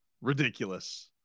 ridiculous